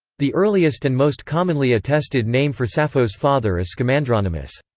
the earliest and most commonly attested name for sappho's father is scamandronymus.